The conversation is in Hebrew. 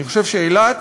אני חושב שאילת